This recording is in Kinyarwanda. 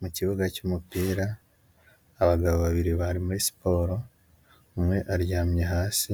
Mu kibuga cy'umupira abagabo babiri bari muri siporo, umwe aryamye hasi